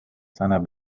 seiner